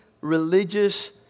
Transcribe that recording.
religious